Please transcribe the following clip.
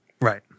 Right